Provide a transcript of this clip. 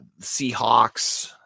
Seahawks